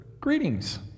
greetings